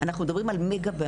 אנחנו מדברים על מגה-בעיה,